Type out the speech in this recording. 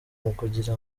ukugira